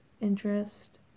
interest